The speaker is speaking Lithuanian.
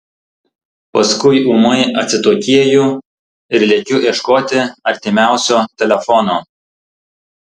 paskui ūmai atsitokėju ir lekiu ieškoti artimiausio telefono